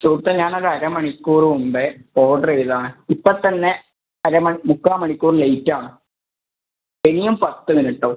സുഹൃത്തെ ഞാൻ ഒര് അര മണിക്കൂറ് മുമ്പെ ഓർഡറ് ചെയ്തതാണ് ഇപ്പം തന്നെ അര മണി മുക്കാൽ മണിക്കൂർ ലേറ്റാണ് ഇനിയും പത്ത് മിനിട്ടോ